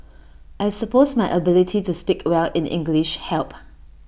I suppose my ability to speak well in English help